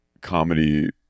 comedy